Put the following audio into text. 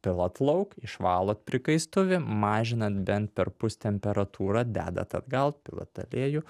pilat lauk išvalot prikaistuvį mažinant bent perpus temperatūrą dedat atgal pilat alėjų